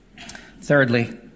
Thirdly